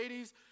80s